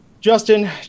Justin